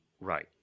Right